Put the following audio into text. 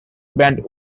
band